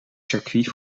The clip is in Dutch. circuit